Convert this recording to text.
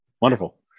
Wonderful